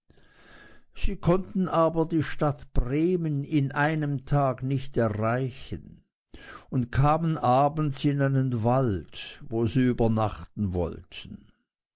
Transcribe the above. sie konnten aber die stadt bremen in einem tag nicht erreichen und kamen abends in einen wald wo sie übernachten wollten